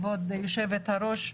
כבוד היושבת ראש,